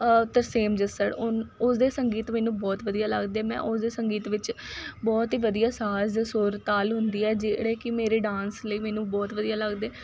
ਤਰਸੇਮ ਜੱਸੜ ਉਨ ਉਸਦੇ ਸੰਗੀਤ ਮੈਨੂੰ ਬਹੁਤ ਵਧੀਆ ਲੱਗਦੇ ਮੈਂ ਉਸਦੇ ਸੰਗੀਤ ਵਿੱਚ ਬਹੁਤ ਹੀ ਵਧੀਆ ਸਾਜ਼ ਸੁਰ ਤਾਲ ਹੁੰਦੀ ਹੈ ਜਿਹੜੇ ਕਿ ਮੇਰੇ ਡਾਂਸ ਲਈ ਮੈਨੂੰ ਬਹੁਤ ਵਧੀਆ ਲੱਗਦੇ